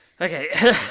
okay